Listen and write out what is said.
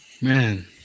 man